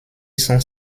sont